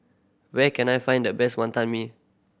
where can I find the best Wantan Mee